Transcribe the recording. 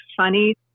funny